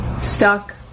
Stuck